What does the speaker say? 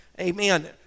Amen